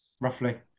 Roughly